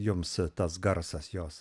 jums tas garsas jos